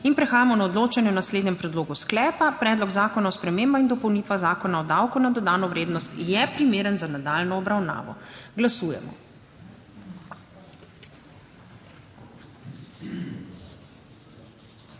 In prehajamo na odločanje o naslednjem predlogu sklepa: Predlog zakona o spremembah in dopolnitvah Zakona o davku od dohodkov pravnih oseb je primeren za nadaljnjo obravnavo. Glasujemo.